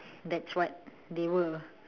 that's what they were